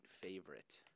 favorite